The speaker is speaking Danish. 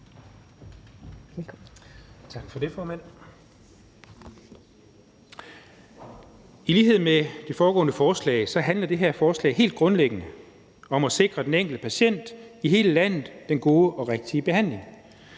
I lighed med det foregående forslag handler det her forslag helt grundlæggende om at sikre den enkelte patient i hele landet den gode og rigtige behandling.